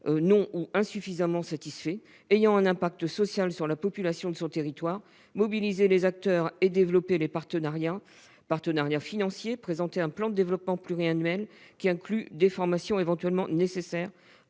non ou insuffisamment satisfaits ayant un impact social sur la population de son territoire, à mobiliser les acteurs et à développer les partenariats financiers, à présenter un plan de développement pluriannuel incluant les formations éventuellement nécessaires